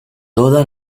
toda